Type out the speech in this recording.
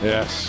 Yes